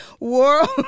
World